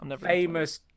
famous